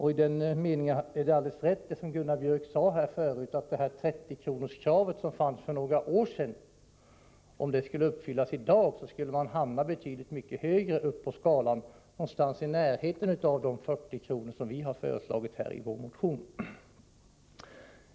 I den meningen har Gunnar Björk i Gävle alldeles rätt i att om det 30-kronorskrav som restes för några år sedan skulle uppfyllas i dag, skulle man hamna betydligt högre upp på skalan, någonstans i närheten av de 40 kr. som vi har föreslagit i vår motion.